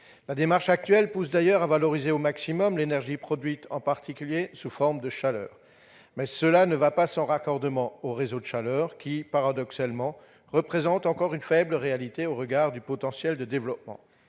La démarche actuelle pousse d'ailleurs à valoriser au maximum l'énergie produite, en particulier sous forme de chaleur. Mais cela ne va pas sans raccordements aux réseaux de chaleur qui, paradoxalement, représentent encore une faible réalité au regard du potentiel de développement.